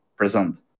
Present